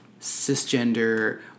cisgender